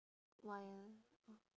why leh